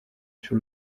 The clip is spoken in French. sur